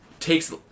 takes